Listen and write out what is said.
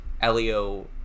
Elio